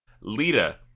Lita